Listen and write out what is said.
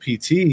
PT